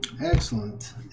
Excellent